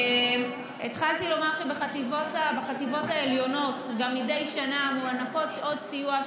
התחלתי לומר שבחטיבות העליונות גם מדי שנה מוענקות שעות סיוע,